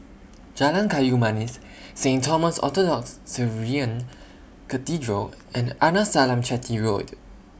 Jalan Kayu Manis Saint Thomas Orthodox Syrian Cathedral and Arnasalam Chetty Road